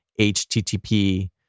HTTP